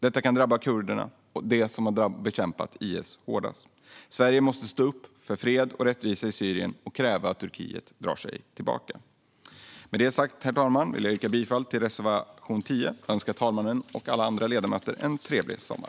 Detta kan drabba kurderna - de som har bekämpat IS hårdast. Sverige måste stå upp för fred och rättvisa i Syrien och kräva att Turkiet drar sig tillbaka. Med detta sagt, herr talman, vill jag yrka bifall till reservation 10 och önska talmannen och alla ledamöter en trevlig sommar!